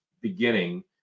beginning